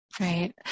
Right